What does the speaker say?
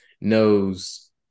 knows